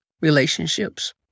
relationships